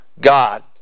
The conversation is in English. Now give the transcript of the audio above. God